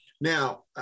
now